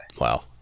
Wow